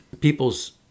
people's